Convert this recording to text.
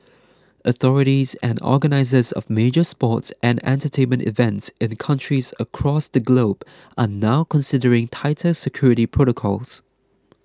authorities and organisers of major sports and entertainment events in countries across the globe are now considering tighter security protocols